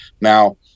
now